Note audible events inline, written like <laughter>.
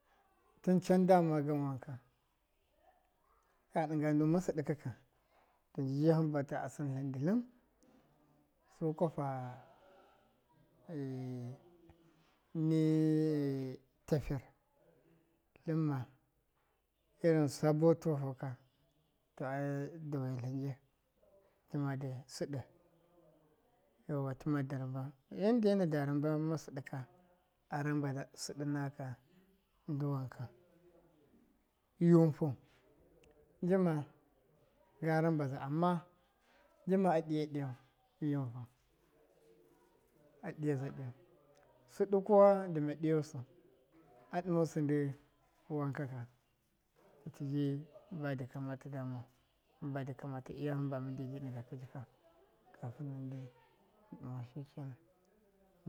Tɨncan dama gan wanka kaɗɨnga ndu masɨɗɨ ka kan, to nji ji hanba ta a sɨntlin ndɨ tlɨn, sukwapa <hesitation> nee tafir tlɨnma irin sabo tɨfakɨka, to ai dawetla nji, dɨma dɨ sɨɗɨ yauwa tɨma da ramba, yan de nada ramba masɨɗɨ ka a ramba –la- sɨɗɨ naka ndɨ wanka, yunfu, njima ga rambaza ama njima a ɗiyaɗiyau yunfu, a diyaza diyau, sɨɗɨ kuwa dɨma diyusu, a dɨmusɨ ndɨ wan kaka, to tiji ba di kamata dama badɨ kamata iya hanba mɨnde dɨnga jika kafɨn mɨnbi ɗɨma shikenan.